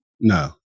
no